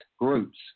groups